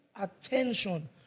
attention